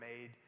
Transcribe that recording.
made